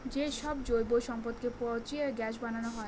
যে সব জৈব সম্পদকে পচিয়ে গ্যাস বানানো হয়